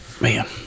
Man